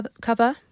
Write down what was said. cover